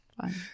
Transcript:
Fine